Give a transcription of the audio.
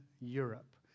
Europe